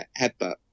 headbutt